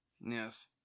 yes